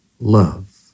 love